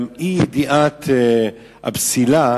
גם אי-ידיעת הפסילה,